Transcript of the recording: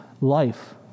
life